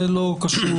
זה לא קשור.